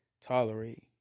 tolerate